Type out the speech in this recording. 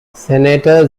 senator